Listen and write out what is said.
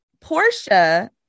Portia